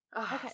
Okay